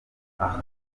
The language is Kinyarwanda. aha